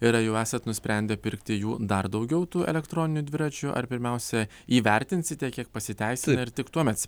ir ar jau esat nusprendę pirkti jų dar daugiau tų elektroninių dviračių ar pirmiausia įvertinsite kiek pasiteisina ir tik tuomet